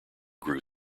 grew